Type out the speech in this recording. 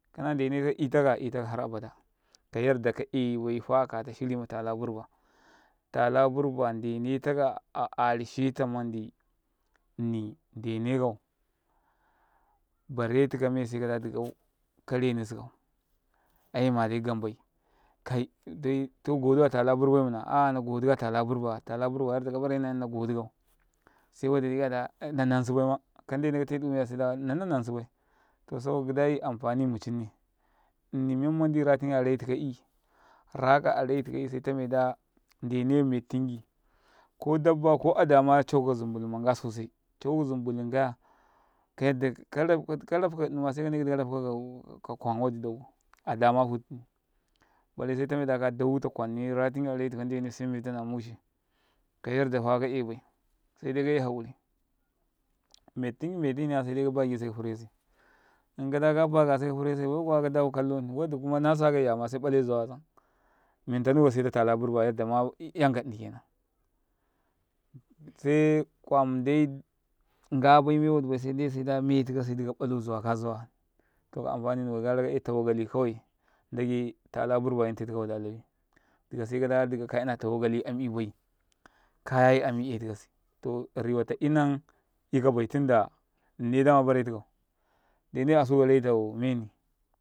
﻿Kana nɗene 'yatakaya 'yataka har abada ka yardaka ka yardaka yai baifa akata shirimatala burba talaburba nɗenetaka a aresheta manɗi nni nɗene kau bare tika me se kaɗa dikau kare nusikau ayemaɗai ɡambayikau kare nusuka ka ɗai to ɡoɗa atala burba tala burba yadda ka kare hna yamnagoɗikau se waɗi ikada nanan si baima ka nɗene katedu menya saida nna nanan sibai te sabaka ɡiɗai amfani mucim ne nni men man ratinka raitikai raka araitikai se tameda nɗene mettinki ko ɗabba ko adama caukaka zumbulum ma nɡa sosai cawuka zam buhunkaya kaydda karabaka nnima sai kanai ɡiɗi karabkau ka nnima sai kanai daɡu adama afutani se tameda ka dawutata kwanne ndane se metan mushe kayadda ka yinabai sedai kayay hauri mottinki metiniya se dai kaba ɡise ka farese inkaɗa ka baɡase kafirese baikuwa kadafu mayanni waɗi kuma nasa kaiya mase ნale zawa mentanuka siyata tala burba yadda ma'yanka nɗini se kwam ɗai nɡaნai mewadiba se da metika sauka ნahu zawa kazawa ta ɡaraka 'yaitausakkali kawai ndaɡe tala burba yinteka waɗa lawi ɗika se kad dika kayina tawale kali ami bai kayay amნi etikase to riwata inan yikabai tindandne bare tikau rewata yina yikaba nɗene asuka meni.